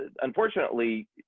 unfortunately